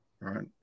Right